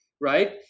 right